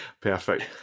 Perfect